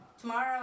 Tomorrow